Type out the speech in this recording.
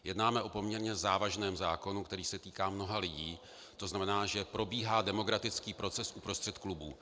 Jednáme o poměrně závažném zákonu, který se týká mnoha lidí, to znamená, že probíhá demokratický proces uprostřed klubů.